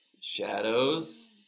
shadows